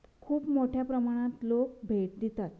खूब मोट्या प्रमाणांत लोक भेट दितात